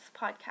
podcast